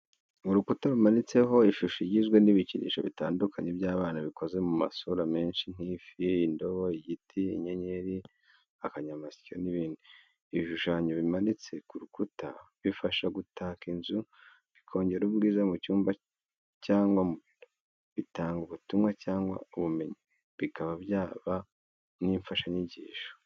Urukuta rumanitseho ishusho igizwe n'ibikinisho bitandukanye by'abana bikoze mu masura menshi nk'ifi, indobo, igitiyo, inyenyeri, akanyamasyo n'ibindi. Ibishushanyo bimanitse ku rukuta bifasha gutaka inzu, bikongera ubwiza mu nzu cyangwa mu biro. Bitanga ubutumwa cyangwa ubumenyi, bikaba byaba n'imfashanyigisho.